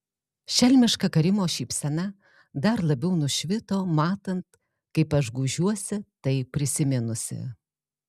šelmiška karimo šypsena dar labiau nušvito matant kaip aš gūžiuosi tai prisiminusi